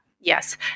Yes